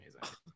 amazing